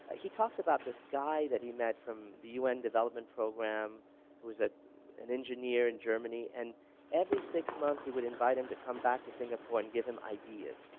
he talks about this guy that he met from the un development program who was an engineer in germany and every six months he would invite him to come back to singapore and give him ideas.